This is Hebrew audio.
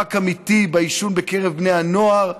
מאבק אמיתי בעישון בקרב בני הנוער.